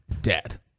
dead